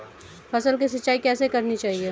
फसल की सिंचाई कैसे करनी चाहिए?